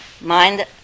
mind